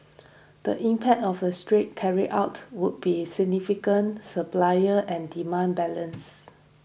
the impact of a threat carried out would be significant supplier and demand balance